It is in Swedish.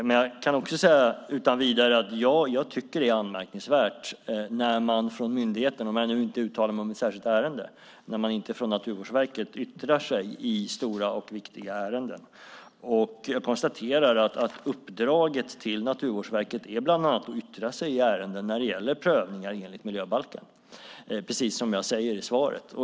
Men jag kan utan vidare säga att jag tycker att det är anmärkningsvärt när man från myndigheten - om jag nu inte uttalar mig om ett särskilt ärende - Naturvårdsverket inte yttrar sig i stora och viktiga ärenden. Jag konstaterar att uppdraget till Naturvårdsverket bland annat är att yttra sig i ärenden när det gäller prövningar enligt miljöbalken, precis som jag säger i svaret.